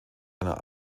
einer